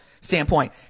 standpoint